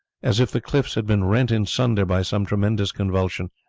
as if the cliffs had been rent in sunder by some tremendous convulsion,